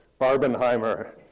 Barbenheimer